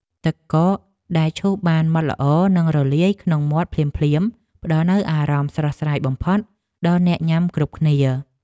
ទឹកកកដែលឈូសបានម៉ត់ល្អនិងរលាយក្នុងមាត់ភ្លាមៗផ្តល់នូវអារម្មណ៍ស្រស់ស្រាយបំផុតដល់អ្នកញ៉ាំគ្រប់គ្នា។